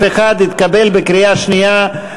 קיבלתם את ההסתייגות שלו, זה הוארך בעוד שנה.